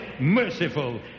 merciful